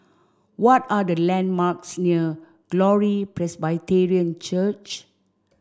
what are the landmarks near Glory Presbyterian Church